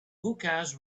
hookahs